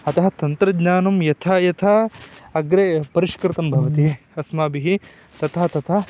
अतः तन्त्रज्ञानं यथा यथा अग्रे परिष्कृतं भवति अस्माभिः तथा तथा